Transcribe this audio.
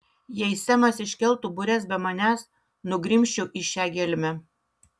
jei semas iškeltų bures be manęs nugrimzčiau į šią gelmę